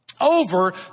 over